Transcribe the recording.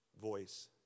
voice